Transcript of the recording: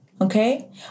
okay